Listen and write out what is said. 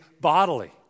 bodily